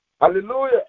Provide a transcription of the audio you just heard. Hallelujah